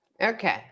okay